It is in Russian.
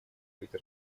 быть